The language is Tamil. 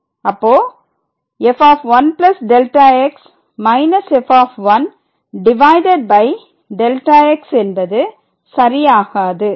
அப்போ f1Δx f divided by Δx என்பது சரியாகாது